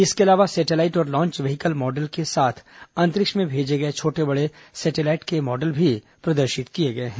इसके अलावा सेटेलाइट और लॉन्च व्हीकल मॉडल के साथ अंतरिक्ष में भेजे गए छोटे बड़े सेटेलाइट के मॉडल भी प्रदर्शित किए गए हैं